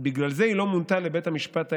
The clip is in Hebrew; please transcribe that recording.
ובגלל זה היא לא מונתה לבית המשפט העליון.